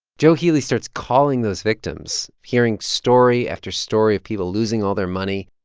joe healy starts calling those victims, hearing story after story of people losing all their money.